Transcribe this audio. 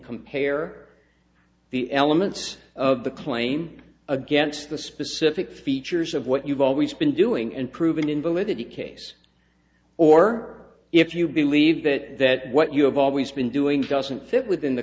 compare the elements of the claim against the specific features of what you've always been doing and proven invalidity case or if you believe that that what you have always been doing